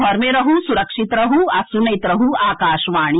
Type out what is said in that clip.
घर मे रहू सुरक्षित रहू आ सुनैत रहू आकाशवाणी